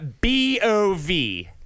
B-O-V